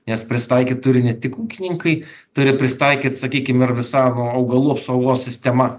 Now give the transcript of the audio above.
nes prisitaikytituri ne tik ūkininkai turi prisitaikyt sakykim ir visa nu augalų apsaugos sistema